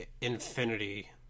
Infinity